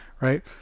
right